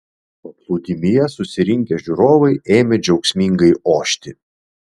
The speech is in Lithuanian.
paplūdimyje susirinkę žiūrovai ėmė džiaugsmingai ošti